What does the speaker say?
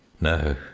No